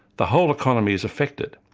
the whole economy is affected.